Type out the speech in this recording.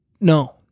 No